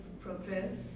progress